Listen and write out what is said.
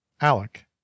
Alec